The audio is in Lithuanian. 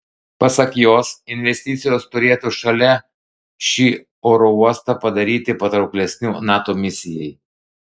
pasak jos investicijos turėtų šalia šį oro uostą padaryti patrauklesniu nato misijai